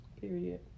Period